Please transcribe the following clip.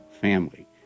Family